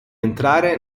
entrare